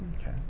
Okay